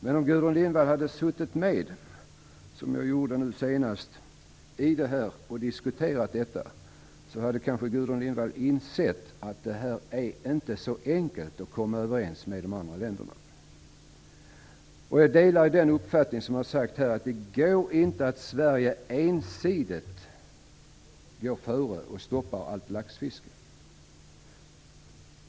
Men om Gudrun Lindvall hade suttit med, som jag har gjort, och diskuterat detta hade kanske Gudrun Lindvall insett att det inte är så enkelt att komma överens med de andra länderna. Jag delar den uppfattning som har framförts här, att Sverige inte ensidigt kan gå före och stoppa allt laxfiske.